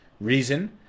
reason